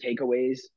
takeaways